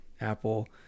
Apple